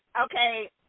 Okay